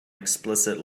explicit